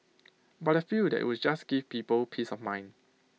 but I feel that IT would just give people peace of mind